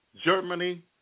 Germany